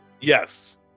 yes